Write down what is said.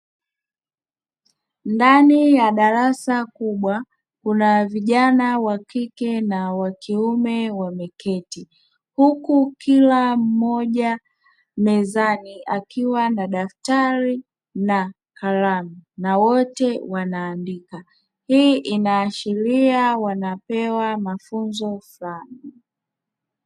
Ndani ya darasa kubwa kuna vijana wa kike na wa kiume wameketi huku kila mmoja mezani akiwa na daftari na kalamu na wote wanaandika, hii inaashiria wanapewa mafunzo sawa.